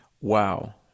Wow